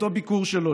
באותו ביקור שלו,